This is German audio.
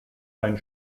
ein